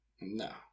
No